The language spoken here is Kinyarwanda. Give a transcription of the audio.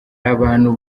abantu